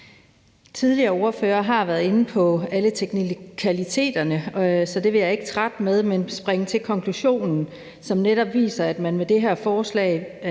Tidligere ordførere har været inde på alle teknikaliteterne, så det vil jeg ikke trætte nogen med, men jeg vil springe til konklusionen, som netop er, at man med det her forslag